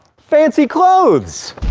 fancy clothes.